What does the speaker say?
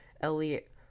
Elliot